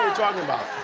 ah talking about,